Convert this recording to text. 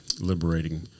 liberating